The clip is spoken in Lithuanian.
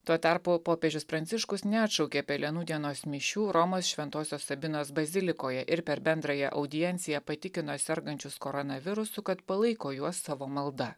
tuo tarpu popiežius pranciškus neatšaukė pelenų dienos mišių romos šventosios sabinos bazilikoje ir per bendrąją audienciją patikino sergančius koronavirusu kad palaiko juos savo malda